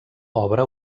obre